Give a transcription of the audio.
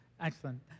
excellent